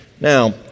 Now